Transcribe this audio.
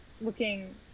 looking